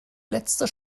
letzte